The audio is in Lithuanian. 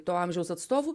to amžiaus atstovų